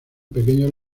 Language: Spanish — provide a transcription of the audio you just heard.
pequeños